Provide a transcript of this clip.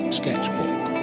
sketchbook